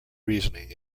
reasoning